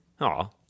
Aw